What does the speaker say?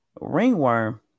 ringworm